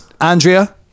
Andrea